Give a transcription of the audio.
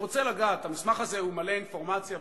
המסמך הזה מלא אינפורמציה,